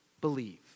believe